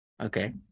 Okay